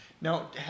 Now